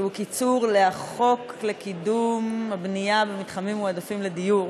שהוא קיצור לחוק לקידום הבנייה במתחמים מועדפים לדיור,